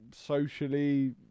socially